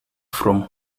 from